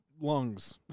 lungs